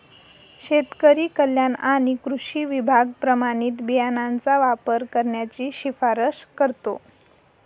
शेतकरी कल्याण आणि कृषी विभाग प्रमाणित बियाणांचा वापर करण्याची शिफारस करतो